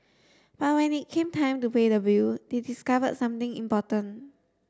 but when it came time to pay the bill they discovered something important